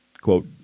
quote